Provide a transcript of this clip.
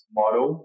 model